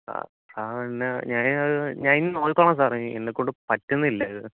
ഞാൻ അത് ഞാൻ ഇനി നോക്കിക്കോളാം സാറെ എന്നെക്കൊണ്ട് പറ്റുന്നില്ല ഇത്